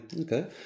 okay